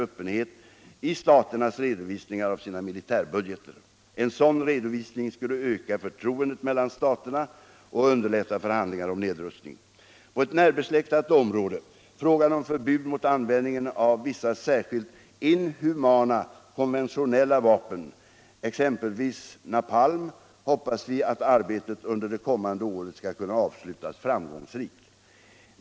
På ett närbesläktat område, frågan om förbud mot användningen av vissa särskilt inhumana konventionella vapen, exempelvis napalm, hoppas vi att arbetet under det kommande året skall kunna avslutas framgångsrikt.